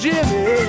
Jimmy